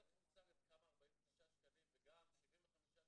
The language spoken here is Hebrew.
אין לכם מושג עד כמה 49 שקלים וגם 75 שקלים